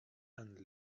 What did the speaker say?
and